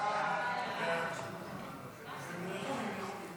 סעיף 2